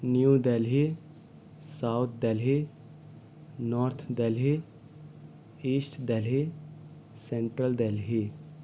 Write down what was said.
new Delhi South Delhi North Delhi East Delhi Central Delhi